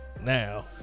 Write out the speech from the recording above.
now